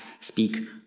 speak